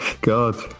God